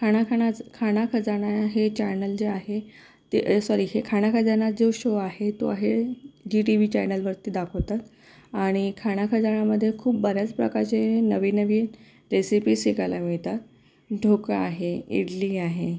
खाना खानाचं खाना खजाना हे चॅनल जे आहे ते सॉरी हे खाना खजाना जो शो आहे तो आहे जी टी वी चॅनलवरती दाखवतात आणि खाना खजानामध्ये खूप बऱ्याच प्रकारचे नवीन नवीन रेसिपी शिकायला मिळतात ढोकळा आहे इडली आहे